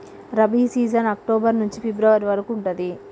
rabi season October నుంచి ఫిబ్రవరి వరకు ఉంటది